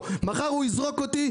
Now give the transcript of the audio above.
מחר הוא יזרוק אותי,